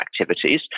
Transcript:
activities